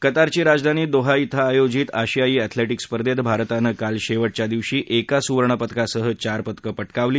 कतारची राजधानी दोहा ब्रें आयोजित आशियाई ऍथलेटीक स्पर्धेत भारतानं काल शेवटच्या दिवशी एका सुवर्णपदकासह चार पदकं पटकावली